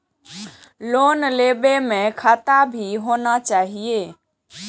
Loan लेबे में खाता भी होना चाहि?